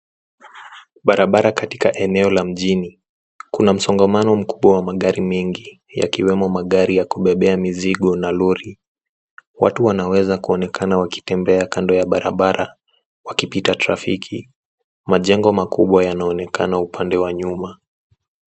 Barabara katika eneo la mjini. Kuna msongamano mkubwa wa magari mengi yakiwemo magari ya kubebea mizigo na lori. Watu wanaweza kuonekana wakitembea kando ya barabara, wakipita trafiki. Majengo makubwa yanaonekana upande wa nyuma